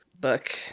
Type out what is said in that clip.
book